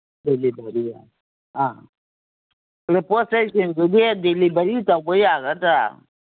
ꯑꯥ ꯄꯣꯠ ꯆꯩꯁꯤꯡꯗꯨꯗꯤ ꯗꯤꯂꯤꯕꯔꯤ ꯇꯧꯕ ꯌꯥꯒꯗ꯭ꯔꯥ